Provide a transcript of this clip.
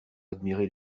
admirer